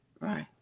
right